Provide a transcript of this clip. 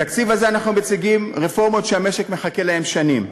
בתקציב הזה אנחנו מציגים רפורמות שהמשק מחכה להן שנים,